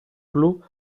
club